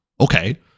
Okay